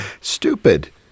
stupid